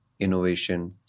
innovation